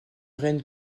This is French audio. règne